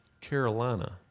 carolina